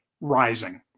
rising